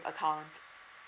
account